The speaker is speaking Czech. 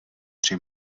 tři